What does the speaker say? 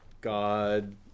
God